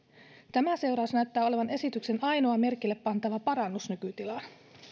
tämä seuraus näyttää olevan esityksen ainoa merkille pantava parannus nykytilaan